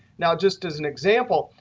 now, just as an example,